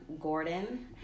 Gordon